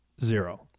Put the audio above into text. Zero